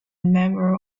member